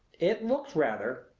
it looks rather,